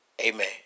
amen